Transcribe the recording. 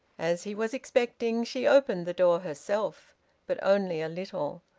as he was expecting, she opened the door herself but only a little,